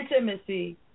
intimacy